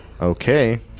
Okay